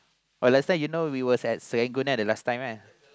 oh last time you know we was at Serangoon lah the last time lah